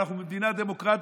אנחנו מדינה דמוקרטית,